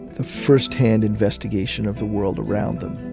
the first hand investigation of the world around them.